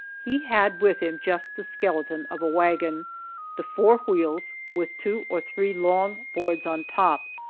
he had with him just the skeleton of a wagon the four wheels with two or three long boards on top,